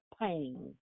pain